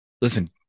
listen